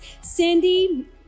Cindy